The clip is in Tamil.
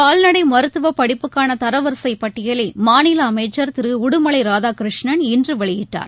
கால்நடைமருத்துவபடிப்புக்கானதரவரிசைபட்டியலைமாநிலஅமைச்சர் திருஉடுமலைராதாகிருஷ்ணன் இன்றுவெளியிட்டார்